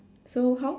so how